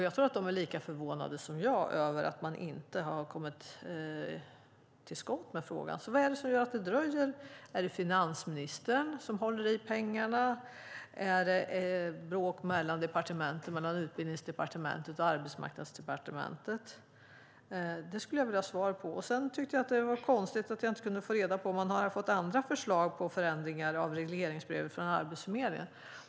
Jag tror att de är lika förvånade som jag över att man inte har kommit till skott med frågan. Vad är det som gör att det dröjer? Är det finansministern som håller i pengarna? Är det bråk mellan Utbildningsdepartementet och Arbetsmarknadsdepartementet? Det skulle jag vilja ha svar på. Sedan tyckte jag att det var konstigt att jag inte fick reda på om man har fått andra förslag på förändringar i regleringsbrevet från Arbetsförmedlingen.